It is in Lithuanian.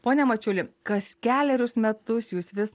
pone mačiuli kas kelerius metus jūs vis